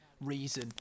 reason